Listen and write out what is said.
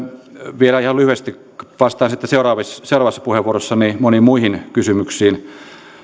vielä ihan lyhyesti vastaan sitten seuraavassa puheenvuorossani moniin muihin kysymyksiin